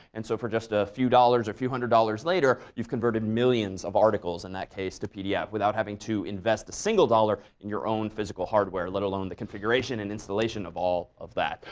and so for just a few dollars or a few hundred dollars later, you've converted millions of articles, in that case, to pdf without having to invest a single dollar in your own physical hardware, let alone the configuration and installation of all of that.